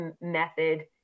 method